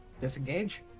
Disengage